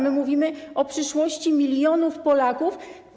My mówimy o przyszłości milionów Polaków.